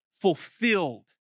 fulfilled